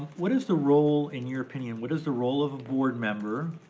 what is the role, in your opinion, what is the role of a board member?